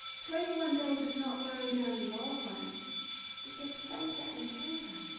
twenty one days of not going down the old one it gets fainter and fainter.